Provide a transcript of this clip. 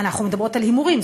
אנחנו מדברות על הימורים,